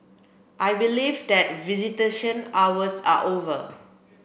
I believe that visitation hours are over